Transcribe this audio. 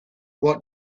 what